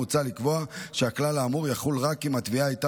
מוצע לקבוע שהכלל האמור יחול רק אם התביעה הייתה